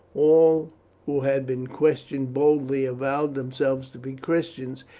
all who had been questioned boldly avowed themselves to be christians,